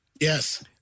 Yes